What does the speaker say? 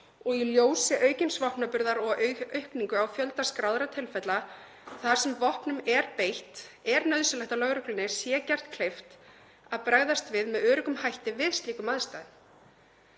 og í ljósi aukins vopnaburðar og aukningar á fjölda skráðra tilfella þar sem vopnum er beitt er nauðsynlegt að lögreglunni sé gert kleift að bregðast við með öruggum hætti við slíkum aðstæðum.